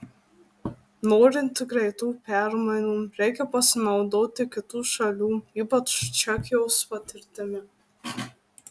norint greitų permainų reikia pasinaudoti kitų šalių ypač čekijos patirtimi